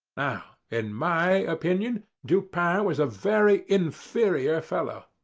now, in my opinion, dupin was a very inferior fellow.